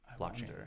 blockchain